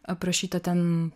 aprašyta ten